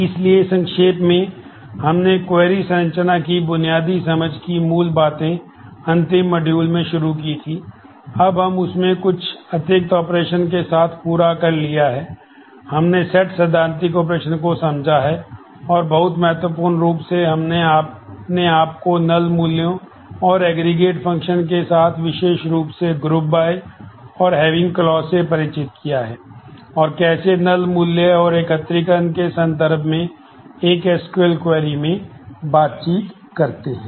इसलिए संक्षेप में हमने क्वेरी में बातचीत करते हैं